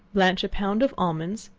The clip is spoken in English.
blanch a pound of almonds,